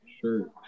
Sure